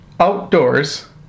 outdoors